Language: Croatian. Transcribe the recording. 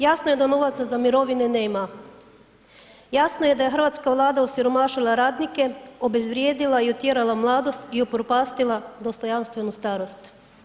Jasno je da novaca za mirovine nema, jasno je da je Hrvatska vlada osiromašila radnike, obezvrijedila i otjerala mladost i upropastila dostojanstvenu starost.